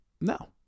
no